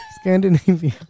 Scandinavia